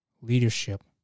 Leadership